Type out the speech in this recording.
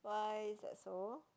why is that so